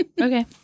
Okay